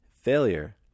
Failure